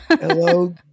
Hello